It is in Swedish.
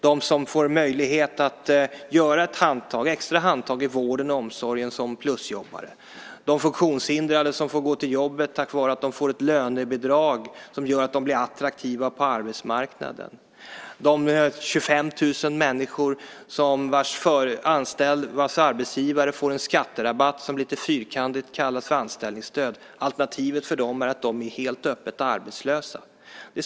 De får möjlighet att göra ett extra handtag i vården och omsorgen som plusjobbare. De funktionshindrade får gå till jobbet tack vare att de får ett lönebidrag som gör att de blir attraktiva på arbetsmarknaden. Det är 25 000 människor vars arbetsgivare får en skatterabatt som lite fyrkantigt kallas för anställningsstöd. Alternativet för dem är att vara helt öppet arbetslösa.